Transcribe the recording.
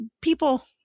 People